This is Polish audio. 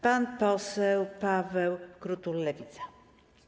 Pan poseł Paweł Krutul, Lewica.